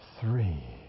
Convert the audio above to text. three